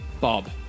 Bob